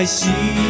see